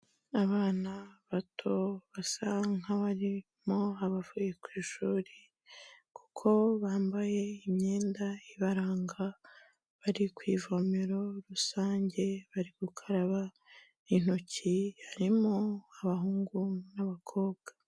Abana bato basa nk'abarimo abavuye ku ishuri kuko bambaye imyenda ibaranga, bari ku ivomero rusange, bari gukaraba intoki, harimo abahungu n'abakobwa.